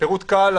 בפירוט קל.